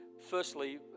firstly